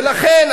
ולכן,